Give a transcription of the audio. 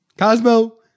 Cosmo